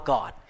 God